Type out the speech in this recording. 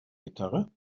gitarre